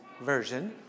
version